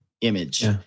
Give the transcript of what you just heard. image